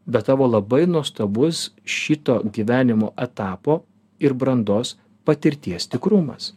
bet tavo labai nuostabus šito gyvenimo etapo ir brandos patirties tikrumas